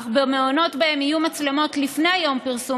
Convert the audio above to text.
אך במעונות שבהם יהיו מצלמות לפני יום פרסום